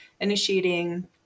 initiating